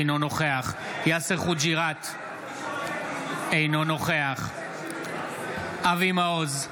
אינו נוכח יאסר חוג'יראת, אינו נוכח אבי מעוז,